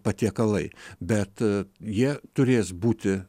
patiekalai bet jie turės būti